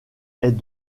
est